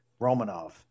Romanov